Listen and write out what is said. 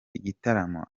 igitaramo